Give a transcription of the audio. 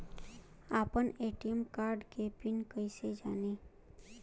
आपन ATM card के PIN कईसे जानी?